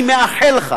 אני מאחל לך